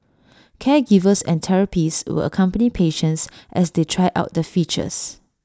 caregivers and therapists will accompany patients as they try out the features